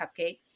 cupcakes